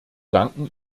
danken